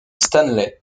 stanley